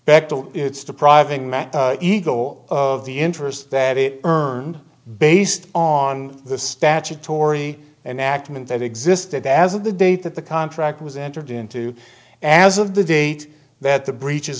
back to it's depriving my ego of the interest that it earned based on the statutory and ackman that existed as of the date that the contract was entered into as of the date that the breach